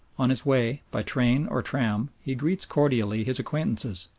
on his way by train or tram he greets cordially his acquaintances,